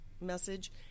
message